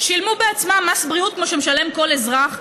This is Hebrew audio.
שילמו בעצמם מס בריאות כמו שמשלם כל אזרח,